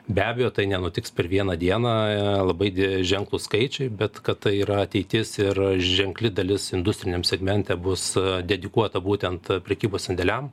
be abejo tai nenutiks per vieną dieną labai ženklūs skaičiai bet kad tai yra ateitis ir ženkli dalis industriniam segmente bus dedikuota būtent prekybos sandėliam